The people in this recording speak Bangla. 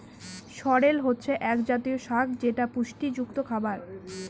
সরেল হচ্ছে এক জাতীয় শাক যেটা পুষ্টিযুক্ত খাবার